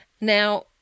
now